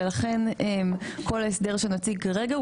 ולכן כל הסדר שנציג כרגע,